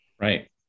Right